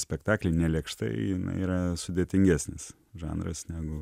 spektaklį nelėkštai jinai yra sudėtingesnis žanras negu